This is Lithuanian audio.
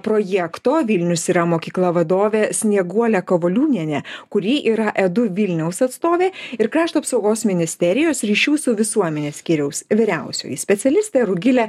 projekto vilnius yra mokykla vadovė snieguolė kavoliūnienė kuri yra edu vilniaus atstovė ir krašto apsaugos ministerijos ryšių su visuomene skyriaus vyriausioji specialistė rugilė